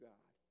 God